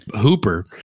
hooper